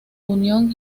union